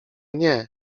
nie